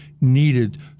needed